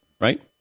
right